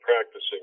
practicing